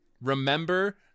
remember